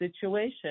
situation